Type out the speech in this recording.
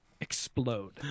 explode